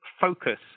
focus